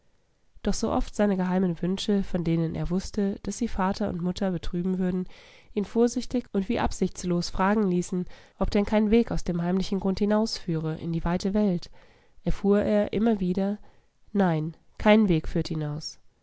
doch sooft seine geheimen wünsche von denen er wußte daß sie mutter und vater betrüben würden ihn vorsichtig und wie absichtslos fragen ließen ob denn kein weg aus dem heimlichen grund hinausführe in die weite welt erfuhr er immer wieder nein kein weg führt hinaus